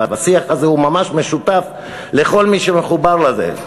והשיח הזה הוא ממש משותף לכל מי שמחובר לזה,